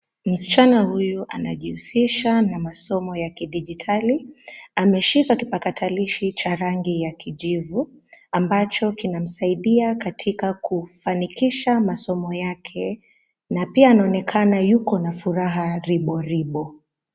Msichana huyu anajihusisha na masomo ya kidijitali, ameshika kipakatilishi cha rangi ya kijivu, ambacho kinamsaidia katika kufanikisha masomo yake, na pia anaonekana yuko na furaha ribo ribo.